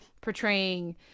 portraying